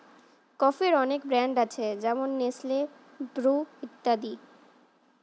কফির অনেক ব্র্যান্ড আছে যেমন নেসলে, ব্রু ইত্যাদি